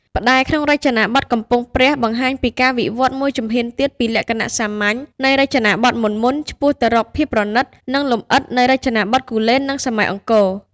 ផ្តែរក្នុងរចនាបថកំពង់ព្រះ បង្ហាញពីការវិវត្តន៍មួយជំហានទៀតពីលក្ខណៈសាមញ្ញនៃរចនាបថមុនៗ ឆ្ពោះទៅរកភាពប្រណិត និងលម្អិតនៃរចនាបថគូលែន និងសម័យអង្គរ។